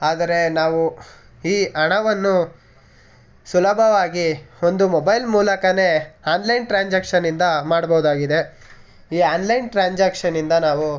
ಆದರೆ ನಾವು ಈ ಹಣವನ್ನು ಸುಲಭವಾಗಿ ಒಂದು ಮೊಬೈಲ್ ಮೂಲಕವೇ ಆನ್ಲೈನ್ ಟ್ರಾನ್ಸಾಕ್ಷನಿಂದ ಮಾಡ್ಬೋದಾಗಿದೆ ಈ ಆನ್ಲೈನ್ ಟ್ರಾನ್ಸಾಕ್ಷನಿಂದ ನಾವು